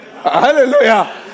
Hallelujah